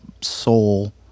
soul